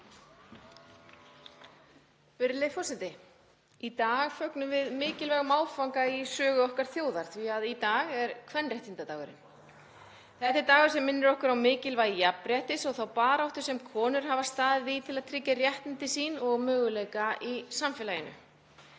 forseti. Í dag fögnum við mikilvægum áfanga í sögu okkar þjóðar því að í dag er kvenréttindadagurinn. Þetta er dagur sem minnir okkur á mikilvægi jafnréttis og þá baráttu sem konur hafa staðið í til að tryggja réttindi sín og möguleika í samfélaginu.